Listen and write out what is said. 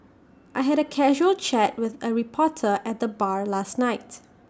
I had A casual chat with A reporter at the bar last night